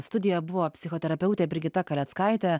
studijoje buvo psichoterapeutė brigita kaleckaitė